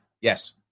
Yes